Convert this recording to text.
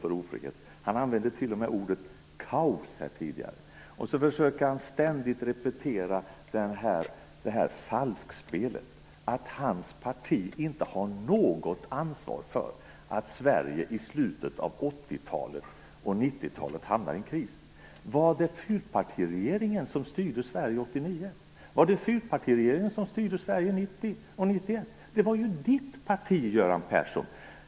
Han använde tidigare t.o.m. ordet kaos. Han försöker ständigt repetera falskspelet att hans parti inte har något ansvar för att Sverige i slutet av 80-talet och under 90-talet hamnat i kris. Var det fyrpartiregeringen som styrde Sverige 1989, 1990 och 1991? Det var ju Göran Perssons eget parti.